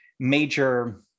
major